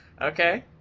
Okay